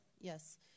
yes